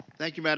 thank you mme.